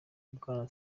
bwana